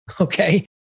Okay